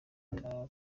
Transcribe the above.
inda